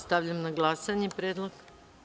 Stavljam na glasanje ovaj predlog.